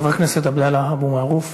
חבר הכנסת עבדאללה אבו מערוף.